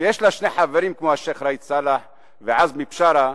כשיש לה שני חברים כמו השיח' ראאד סלאח ועזמי בשארה,